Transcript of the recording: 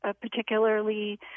particularly